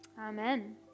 Amen